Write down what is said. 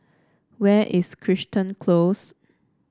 where is Crichton Close